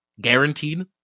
Guaranteed